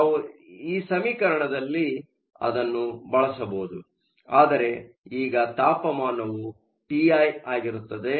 ನಾವು ಈ ಸಮೀಕರಣದಲ್ಲಿ ni √❑ ಅನ್ನು ಬಳಸಬಹುದು ಆದರೆ ಈಗ ತಾಪಮಾನವು ಟಿ ಐ ಆಗಿರುತ್ತದೆ